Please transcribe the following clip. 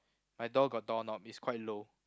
my door got door knob it's quite low